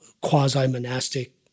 quasi-monastic